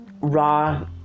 raw